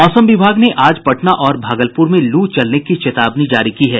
मौसम विभाग ने आज पटना और भागलपुर में लू चलने की चेतावनी जारी की है